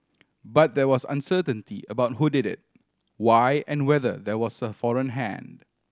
but there was uncertainty about who did it why and whether there was a foreign hand